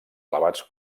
elevats